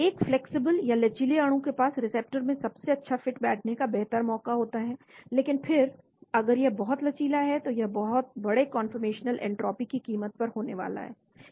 एक फ्लैक्सिबल या लचीले अणु के पास रिसेप्टर में सबसे अच्छा फिट बैठने का बेहतर मौका होता है लेकिन फिर अगर यह बहुत अधिक लचीला है तो यह बड़े कंफर्मेशनल एंट्रॉपी की कीमत पर होने वाला है